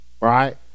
right